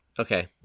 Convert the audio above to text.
Okay